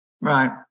Right